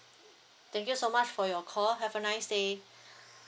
thank you so much for your call have a nice day